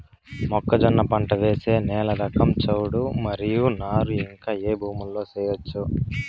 మొక్కజొన్న పంట వేసే నేల రకం చౌడు మరియు నారు ఇంకా ఏ భూముల్లో చేయొచ్చు?